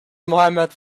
mohammad